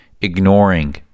ignoring